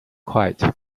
quiet